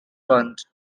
fund